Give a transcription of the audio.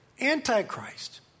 antichrist